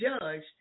judged